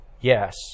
yes